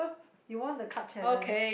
you want the card challenge